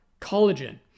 collagen